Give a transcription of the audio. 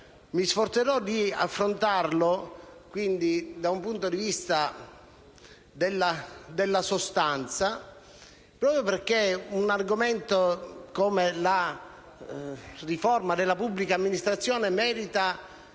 Mi sforzerò di affrontarlo, invece, dal punto di vista della sostanza, proprio perché un argomento come la riforma della pubblica amministrazione merita